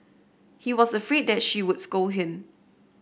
he was afraid that she would scold him